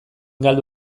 galdu